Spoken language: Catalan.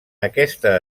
aquesta